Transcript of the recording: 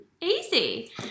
easy